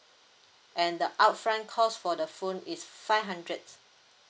and the upfront cost for the phone is five hundreds